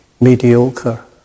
Mediocre